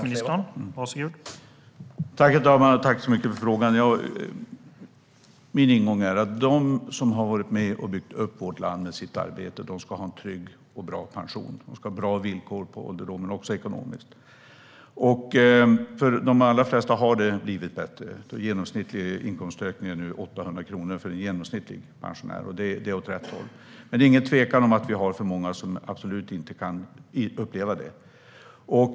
Herr talman! Tack för frågan! Min ingång är att de som har varit med och byggt upp vårt land med sitt arbete ska ha en trygg och bra pension. De ska ha bra villkor på ålderdomen också ekonomiskt. För de allra flesta har det blivit bättre. Den genomsnittliga inkomstökningen är 800 kronor för en vanlig pensionär. Det är åt rätt håll. Det råder inget tvivel om att det finns för många som absolut inte kan uppleva detta.